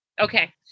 Okay